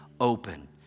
open